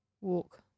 walk